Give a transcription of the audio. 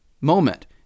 moment